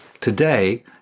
today